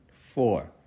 Four